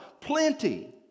plenty